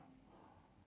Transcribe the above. okay done